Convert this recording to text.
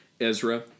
Ezra